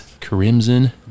Crimson